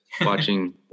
watching